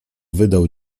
wydał